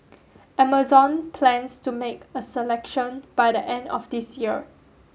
Amazon plans to make a selection by the end of this year